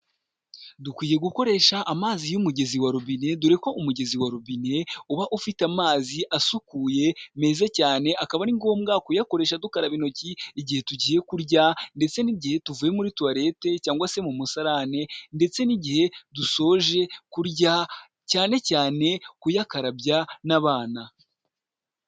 Dukwiye gukoresha amazi y'umugezi wa robine dore ko umugezi wa rubine uba ufite amazi asukuye meza cyane akaba ari ngombwa kuyakoresha dukaraba intoki igihe tugiye kurya ndetse n'igihe tuvuye muri tuwalete cyangwa se mu musarane ndetse n'igihe dusoje kurya cyane cyane kuyakarabya n'abana.